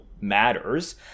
matters